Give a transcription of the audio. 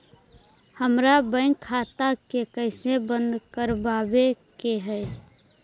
हमर बैंक खाता के कैसे बंद करबाबे के है?